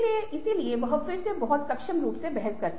इसलिए वह फिर से बहुत सक्षम रूप से बहस कर सकता है